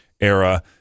era